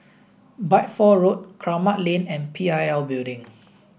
Bideford Road Kramat Lane and P I L Building